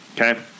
okay